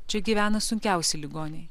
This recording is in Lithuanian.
čia gyvena sunkiausi ligoniai